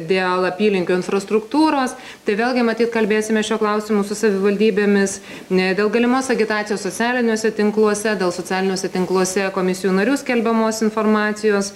dėl apylinkių infrastruktūros tai vėlgi matyt kalbėsime šiuo klausimu su savivaldybėmis dėl galimos agitacijos socialiniuose tinkluose dėl socialiniuose tinkluose komisijų narių skelbiamos informacijos